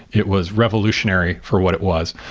it was revolutionary for what it was.